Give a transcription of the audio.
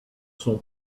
son